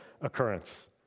occurrence